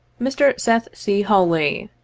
mr. setii c. hawley,